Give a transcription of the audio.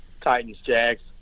Titans-Jags